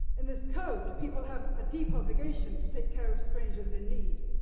in this code, people have a deep obligation to take care of strangers in need,